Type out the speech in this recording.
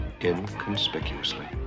inconspicuously